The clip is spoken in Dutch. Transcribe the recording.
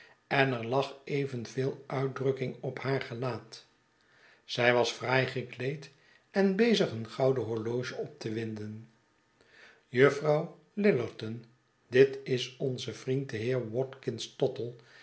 en er lag evenveel uitdrukking op haar gelaat zij was fraai gekleed en bezig een gouden horloge op te winden juftrouw lillerton dit is onze vriend de heer watkins tottle